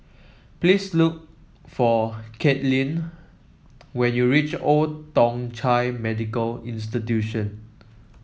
please look for Kathleen when you reach Old Thong Chai Medical Institution